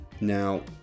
Now